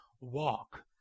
Walk